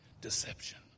Deception